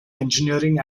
engineering